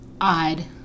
Odd